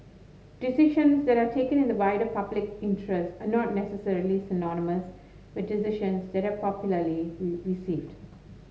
decisions that are taken in the wider public interest are not necessarily synonymous with decisions that are popularly received